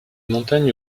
montagnes